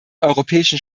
europäischen